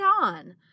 on